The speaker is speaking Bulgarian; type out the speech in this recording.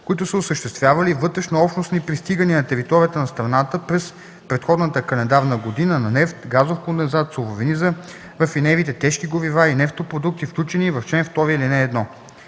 които са осъществявали вътрешнообщностни пристигания на територията на страната през предходната календарна година на нефт, газов кондензат, суровини за рафинериите, тежки горива и нефтопродукти, включени в чл. 2, ал. 1.